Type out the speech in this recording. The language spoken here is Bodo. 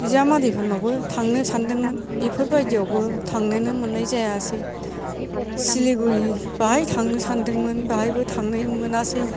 बिजामादैफोरनावबो थांनो सान्दोंमोन बेफोरबायदियावबो थांनोनो मोन्नाय जायासै सिलिगुरि बाहाय थांनो सान्दोंमोन बाहायबो थांनो मोनासै